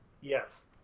Yes